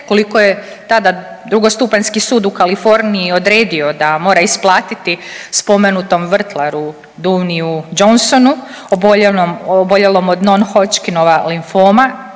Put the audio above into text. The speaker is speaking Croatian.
koliko je tada drugostupanjski sud u Kaliforniji odredio da mora isplatiti spomenutom vrtlaru Dewayneau Johnsonu oboljelom od Ne-Hodgkinovog limfoma